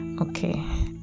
okay